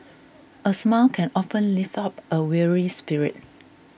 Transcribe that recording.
a smile can often lift up a weary spirit